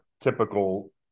typical